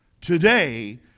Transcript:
today